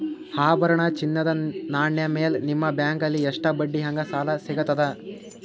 ಆಭರಣ, ಚಿನ್ನದ ನಾಣ್ಯ ಮೇಲ್ ನಿಮ್ಮ ಬ್ಯಾಂಕಲ್ಲಿ ಎಷ್ಟ ಬಡ್ಡಿ ಹಂಗ ಸಾಲ ಸಿಗತದ?